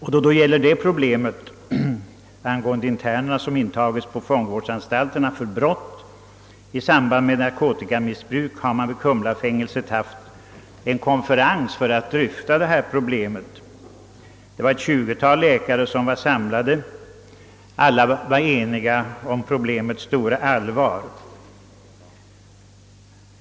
För att dryfta frågan om narkotikamissbruk hos interner som intas på fångvårdsanstalt på grund av brottslig verksamhet har en konferens hållits på Kumlafängelset. Ett 20-tal läkare var samlade och alla var eniga om problemets stora allvar.